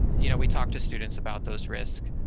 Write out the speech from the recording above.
you know, we talk to students about those risks,